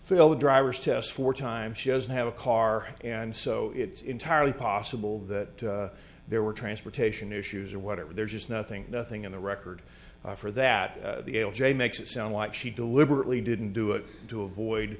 phil the driver's test for time she doesn't have a car and so it's entirely possible that there were transportation issues or whatever there's just nothing nothing in the record for that l j makes it sound like she deliberately didn't do it to avoid